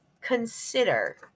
consider